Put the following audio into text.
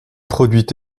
produit